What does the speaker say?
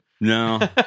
no